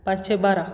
पांचशें बारा